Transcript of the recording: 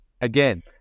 Again